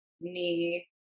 knee